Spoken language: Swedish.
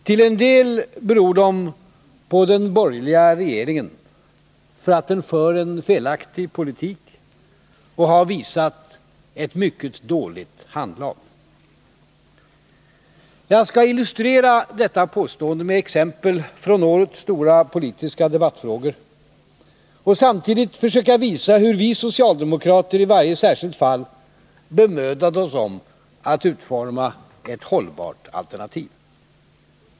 Till en del beror de på att den borgerliga regeringen för en felaktig politik och har Nr 54 visat ett mycket dåligt handlag. Jag skall illustrera detta påstående med exempel från årets stora debattfrågor och samtidigt försöka visa hur vi socialdemokrater i varje särskilt fall bemödat oss om att utforma ett hållbart alternativ.